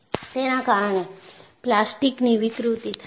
તેના કારણે પ્લાસ્ટિકની વિકૃતિ થાય છે